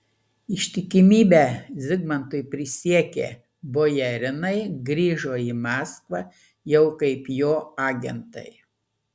ištikimybę zigmantui prisiekę bojarinai grįžo į maskvą jau kaip jo agentai